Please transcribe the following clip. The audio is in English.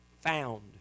found